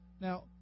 Now